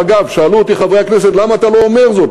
אגב, שאלו אותי חברי הכנסת, למה אתה לא אומר זאת?